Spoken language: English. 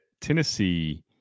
Tennessee